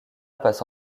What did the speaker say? passe